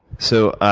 so